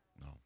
No